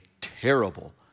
terrible